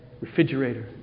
refrigerator